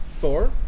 Thor